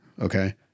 Okay